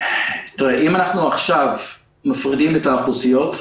אם אנחנו עכשיו מפרידים את האוכלוסיות,